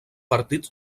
partit